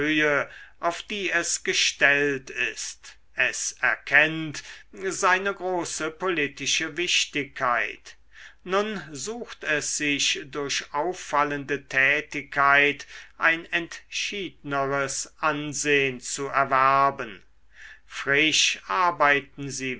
auf die es gestellt ist es erkennt seine große politische wichtigkeit nun sucht es sich durch auffallende tätigkeit ein entschiedneres ansehn zu erwerben frisch arbeiten sie